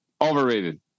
Overrated